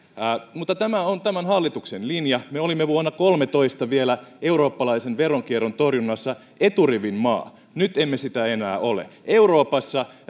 mutta tämä on tämän hallituksen linja me olimme vuonna kolmetoista vielä eurooppalaisen veronkierron torjunnassa eturivin maa nyt emme sitä enää ole euroopassa